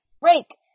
break